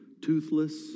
toothless